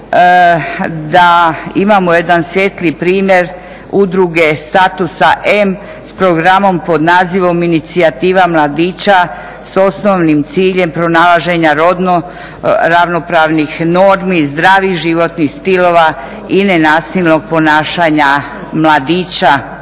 da imamo jedan svijetli primjer udruge statusa M s programom pod nazivom "Inicijativa mladića s osnovnim ciljem pronalaženja rodno ravnopravnih normi, zdravih životnih stilova i nenasilnog ponašanja mladića